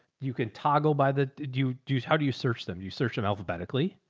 you can toggle by the, do you do, how do you search them? do you search them alphabetically?